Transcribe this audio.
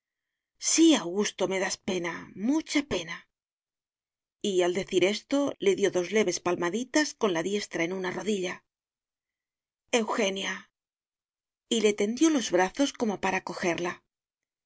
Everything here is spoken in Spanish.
sí augusto me das pena mucha pena y al decir esto le dio dos leves palmaditas con la diestra en una rodilla eugenia y le tendió los brazos como para cojerla